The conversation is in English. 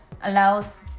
allows